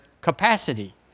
capacity